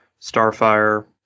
Starfire